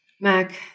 Mac